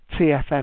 TFM